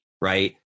Right